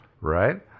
Right